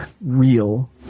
real